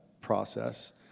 process